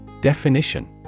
Definition